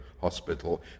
hospital